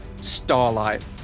starlight